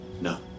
No